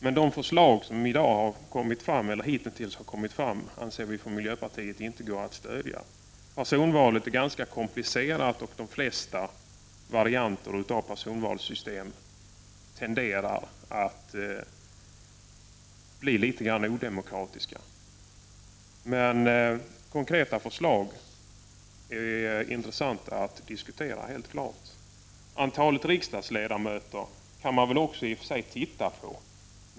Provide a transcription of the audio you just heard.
Men vi anser i miljöpartiet att de förslag som hitintills har kommit fram inte går att stödja. Personvalet är ganska komplicerat, och de flesta varianter av personvalssystem tenderar att bli litet odemokratiska. Konkreta förslag är däremot självfallet intressanta att diskutera. Frågan om antalet riksdagsledamöter kan man i och för sig också studera.